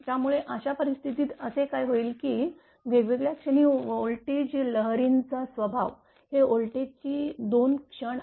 त्यामुळे अशा परिस्थितीत असे काय होईल की वेगवेगळ्या क्षणी व्होल्टेज लहरींचा स्वभाव हे व्होल्टेज ची दोन क्षण आहेत